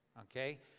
Okay